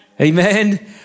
Amen